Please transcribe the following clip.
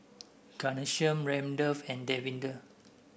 Ghanshyam Ramdev and Davinder